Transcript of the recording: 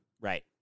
Right